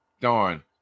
darn